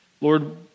Lord